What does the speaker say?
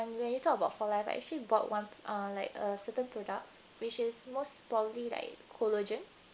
when you talk about four life I actually bought one like uh certain products which is most probably like collagen